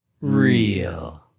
real